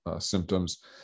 symptoms